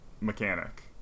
mechanic